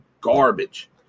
garbage